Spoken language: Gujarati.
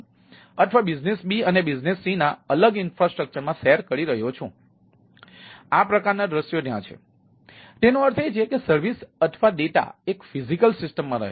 તેથી આ પ્રકારના દૃશ્યો ત્યાં છે તેનો અર્થ એ છે કે સર્વિસ અથવા ડેટા એક ફિઝિકલ સિસ્ટમ માં રહે છે